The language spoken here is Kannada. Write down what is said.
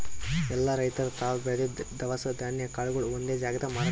ಎಲ್ಲಾ ರೈತರ್ ತಾವ್ ಬೆಳದಿದ್ದ್ ದವಸ ಧಾನ್ಯ ಕಾಳ್ಗೊಳು ಒಂದೇ ಜಾಗ್ದಾಗ್ ಮಾರಾಟ್ ಮಾಡ್ತಾರ್